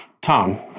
Tom